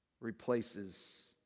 replaces